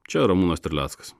čia ramūnas terleckas